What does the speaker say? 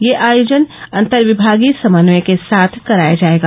यह आयोजन अन्तर्विमागीय समन्वय के साथ कराया जायेगा